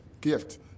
gift